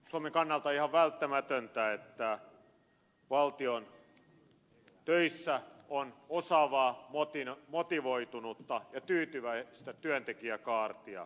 suomen kannalta on ihan välttämätöntä että valtion töissä on osaavaa motivoitunutta ja tyytyväistä työntekijäkaartia